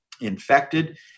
infected